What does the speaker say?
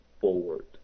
forward